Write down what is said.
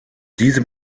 diesem